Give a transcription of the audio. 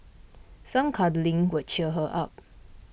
some cuddling would cheer her up